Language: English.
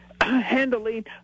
handling